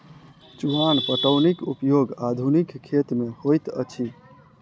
चुआन पटौनीक उपयोग आधुनिक खेत मे होइत अछि